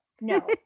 no